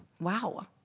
Wow